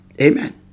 Amen